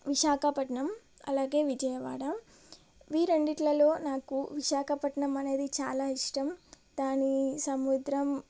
విశాఖపట్నం అలాగే విజయవాడ ఈరెండిటిలలో నాకు విశాఖపట్నం అనేది చాలా ఇష్టం దాని సముద్రం